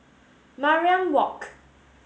Mariam Walk